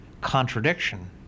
contradiction